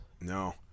No